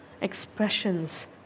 expressions